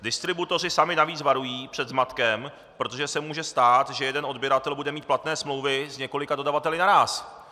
Distributoři sami navíc varují před zmatkem, protože se může stát, že jeden odběratel bude mít platné smlouvy s několika dodavateli naráz.